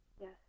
Yes